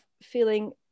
feeling